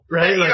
Right